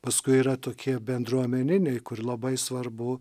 paskui yra tokie bendruomeniniai kur labai svarbu